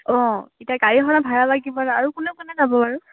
অ এতিয়া গাড়ী এখনে ভাড়া লাগিব আৰু কোনে কোনে যাব বাৰু